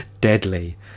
deadly